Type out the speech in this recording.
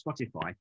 Spotify